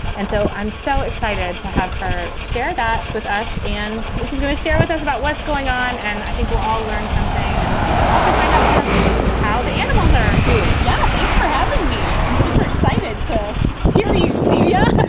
and so i'm so excited to have her share that with us. and but she's going to share with us about what's going on. and i think we'll all learn something and also find out kind of how the animals are doing yeah. thanks for having me. i'm super excited to hear you we're ah